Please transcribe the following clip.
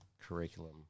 curriculum